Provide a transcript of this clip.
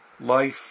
life